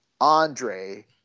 Andre